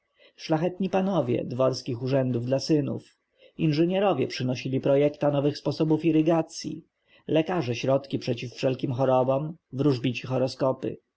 szlachetni panowie dworskich urzędów dla synów inżynierowie przynosili projekta nowych sposobów irygacji lekarze środki przeciw wszelkim chorobom wróżbici horoskopy